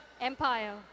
empire